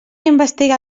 investiga